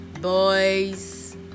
boys